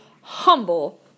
humble